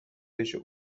بشه